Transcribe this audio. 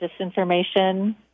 disinformation